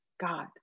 God